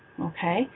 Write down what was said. Okay